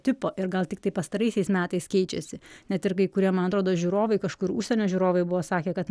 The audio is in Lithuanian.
tipo ir gal tiktai pastaraisiais metais keičiasi net ir kai kurie man atrodo žiūrovai kažkur užsienio žiūrovai buvo sakę kad